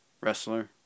wrestler